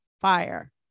fire